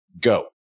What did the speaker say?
go